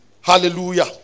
Hallelujah